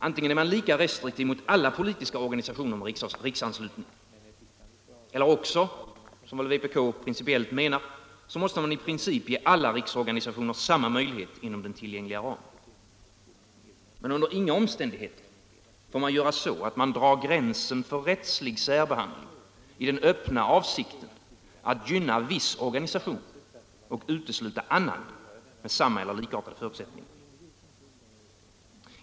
Antingen är man lika restriktiv mot alla politiska organisationer med riksanslutning eller också måste man — vilket vpk anser att man bör göra — i princip ge alla riksorganisationer samma möjlighet inom den tillgängliga ramen. Men under inga omständigheter får man dra gränser för rättslig särbehandling i den öppna avsikten att hjälpa viss organisation och utesluta annan med samma eller likartad förutsättning.